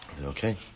okay